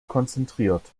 konzentriert